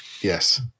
Yes